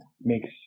makes